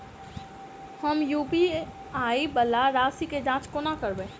हम यु.पी.आई वला राशि केँ जाँच कोना करबै?